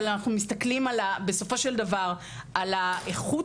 אבל אנחנו מסתכלים על בסופו של דבר על האיכות